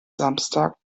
samstag